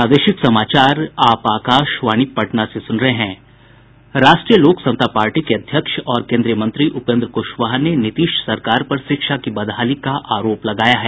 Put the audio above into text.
राष्ट्रीय लोक समता पार्टी के अध्यक्ष और केन्द्रीय मंत्री उपेन्द्र कुशवाहा ने नीतीश सरकार पर शिक्षा की बदहाली का आरोप लगाया है